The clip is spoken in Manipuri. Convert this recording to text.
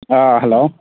ꯑ ꯍꯂꯣ